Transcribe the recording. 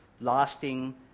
lasting